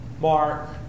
Mark